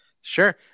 Sure